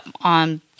on